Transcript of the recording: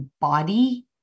body